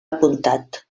apuntat